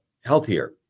healthier